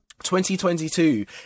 2022